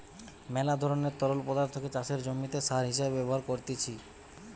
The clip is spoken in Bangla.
মেলা ধরণের তরল পদার্থকে চাষের জমিতে সার হিসেবে ব্যবহার করতিছে